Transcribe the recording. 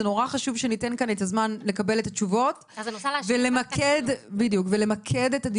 זה נורא חשוב שניתן כאן את הזמן לקבל את התשובות ולמקד את הדיון.